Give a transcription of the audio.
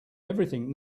everything